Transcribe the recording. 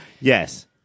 yes